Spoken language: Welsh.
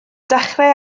dechrau